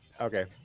Okay